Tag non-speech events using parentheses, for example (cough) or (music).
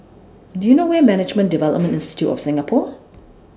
Do YOU know Where IS Management (noise) Development Institute of Singapore